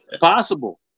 possible